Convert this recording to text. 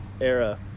era